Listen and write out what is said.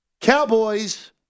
Cowboys